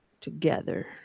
together